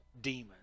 demons